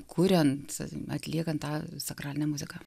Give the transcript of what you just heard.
kuriant atliekant tą sakralinę muziką